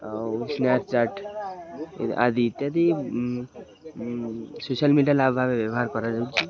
ଆଉ ସ୍ନାପ୍ଚାଟ୍ ଆଦି ଇତ୍ୟାଦି ସୋସିଆଲ୍ ମିଡ଼ିଆ ଲାଭ ବ୍ୟବହାର କରାଯାଉଛି